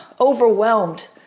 overwhelmed